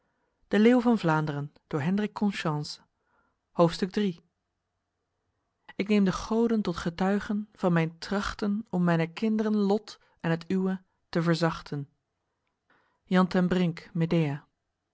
ik neem de goden tot getuigen van myn trachten om myner kindren lot en t uwe te verzachten jan ten brink